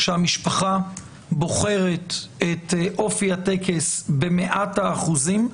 כשהמשפחה בוחרת את אופי הטקס במאת האחוזים,